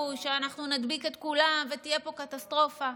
שאנחנו נדביק את כולם ותהיה פה קטסטרופה,